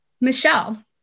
Michelle